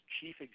Chief